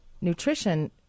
Nutrition